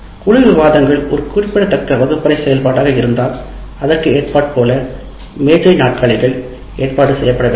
குழு விவாதங்கள் ஒரு குறிப்பிடத்தக்க வகுப்பறை செயல்பாடாக இருந்தால் அதற்கு ஏற்றார்போல மேஜை நாற்காலிகள் ஏற்பாடு செய்யப்பட வேண்டும்